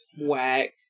Whack